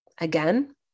again